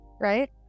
right